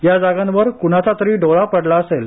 या जागांवर क्णाचा तरी डोळा पडला असेल